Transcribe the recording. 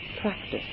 practice